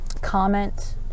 comment